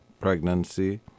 pregnancy